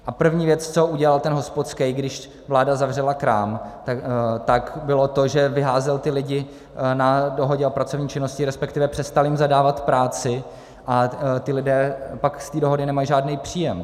A první věc, co udělal ten hospodskej, když vláda zavřela krám, tak bylo to, že vyházel ty lidi na dohodě o pracovní činnosti, respektive přestal jim zadávat práci, a ti lidé pak z té dohody nemají žádný příjem.